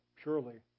purely